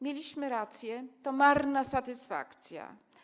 Mieliśmy rację - to marna satysfakcja.